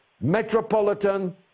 metropolitan